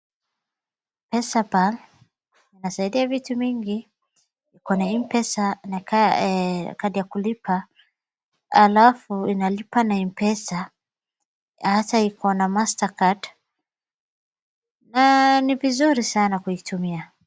Pesapal inasaidia vitu mingi. Iko na Mpesa na kadi ya kulipa alafu inalipa na Mpesa hasa iko na MasterCard na ni vizuri sana kuitumia.